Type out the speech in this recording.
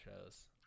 shows